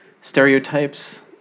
stereotypes